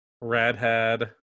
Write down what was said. Redhead